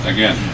Again